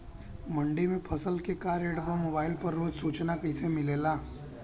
मंडी में फसल के का रेट बा मोबाइल पर रोज सूचना कैसे मिलेला?